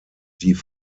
die